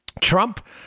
Trump